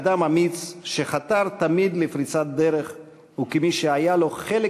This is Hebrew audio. כאדם אמיץ שחתר תמיד לפריצת דרך וכמי שהיה לו חלק